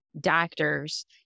doctors